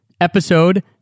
Episode